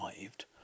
arrived